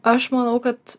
aš manau kad